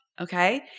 okay